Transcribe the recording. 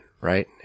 right